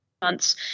months